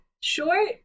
short